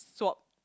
swap